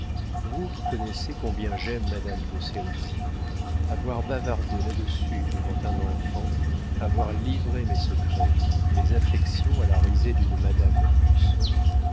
vous qui connaissez combien j'aime madame de sérisy avoir bavardé là-dessus devant un enfant avoir livré mes secrets mes affections à la risée d'une madame